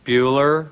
Bueller